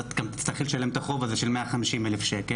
אז את גם תצטרכי לשלם את החוב הזה של 150 אלף ₪,